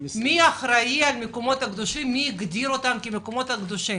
מי אחראי על המקומות הקדושים ומי הגדיר אותם כמקומות קדושים?